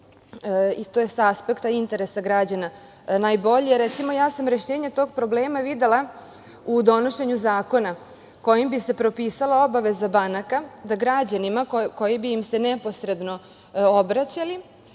i to je sa aspekta interesa građana najbolje. Recimo, ja sam rešenje tog problema videla u donošenju zakona kojim bi se propisale obaveze banaka da građanima koji bi im se neposredno obraćali